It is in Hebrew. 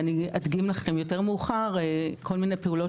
ואני אדגים לכם ליותר מאוחר כל מיני פעולות